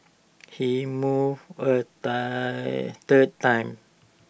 he moved A third time